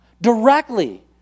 directly